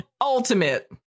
Ultimate